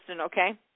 okay